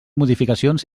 modificacions